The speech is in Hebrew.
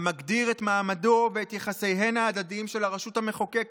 המגדיר את מעמדו ואת יחסיהן ההדדיים של הרשות המחוקקת,